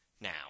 now